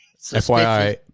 FYI